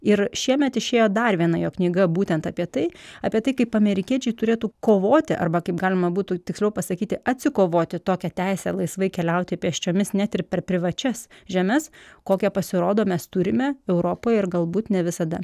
ir šiemet išėjo dar viena jo knyga būtent apie tai apie tai kaip amerikiečiai turėtų kovoti arba kaip galima būtų tiksliau pasakyti atsikovoti tokią teisę laisvai keliauti pėsčiomis net ir per privačias žemes kokią pasirodo mes turime europoje ir galbūt ne visada